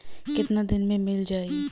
कितना दिन में मील जाई?